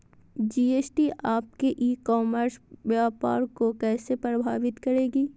GST आपके e commerce व्यापार को कैसे प्रभावित करेगी?